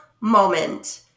moment